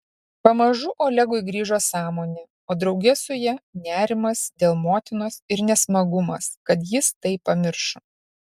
pamažu olegui grįžo sąmonė o drauge su ja nerimas dėl motinos ir nesmagumas kad jis tai pamiršo